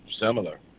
Similar